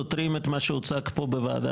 סותרים פה את מה שהוצג פה בוועדה,